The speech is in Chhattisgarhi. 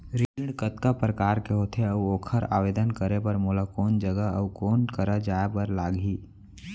ऋण कतका प्रकार के होथे अऊ ओखर आवेदन करे बर मोला कोन जगह अऊ कोन करा जाए बर लागही?